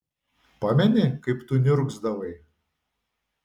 pameni kaip tu niurgzdavai